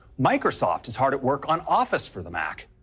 microsoft is hard at work on office for the mac.